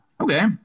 okay